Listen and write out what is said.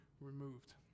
removed